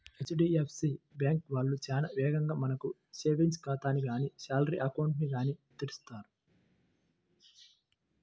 HDFC bank వాళ్ళు చాలా వేగంగా మనకు సేవింగ్స్ ఖాతాని గానీ శాలరీ అకౌంట్ ని గానీ తెరుస్తారు